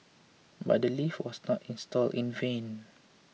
but the lift was not installed in vain